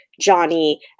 Johnny